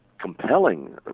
compelling